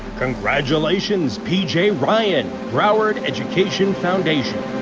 congratulations pejay ryan broward education foundation